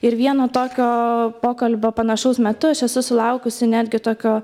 ir vieno tokio pokalbio panašaus metu aš esu sulaukusi netgi tokio